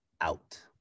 Out